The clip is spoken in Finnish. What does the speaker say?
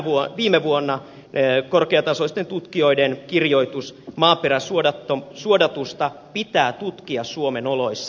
marraskuuta viime vuonna oli korkeatasoisten tutkijoiden kirjoitus maaperäsuodatusta pitää tutkia suomen oloissa